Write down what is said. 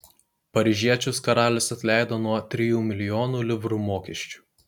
paryžiečius karalius atleido nuo trijų milijonų livrų mokesčių